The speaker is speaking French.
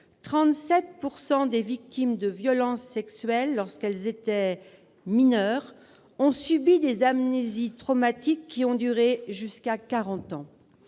37 % des victimes de violences sexuelles lorsqu'elles étaient mineures ont subi des amnésies traumatiques qui ont duré jusqu'à quarante